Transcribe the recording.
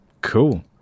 Cool